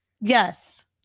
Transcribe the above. Yes